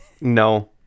No